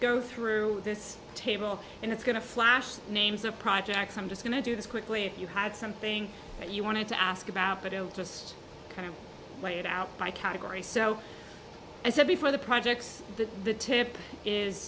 go through this table and it's going to flash the names of projects i'm just going to do this quickly if you had something that you wanted to ask about but i'm just kind of lay it out by category so i said before the projects that the tip is